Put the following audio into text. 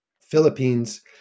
Philippines